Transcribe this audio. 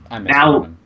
now